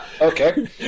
Okay